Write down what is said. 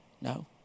No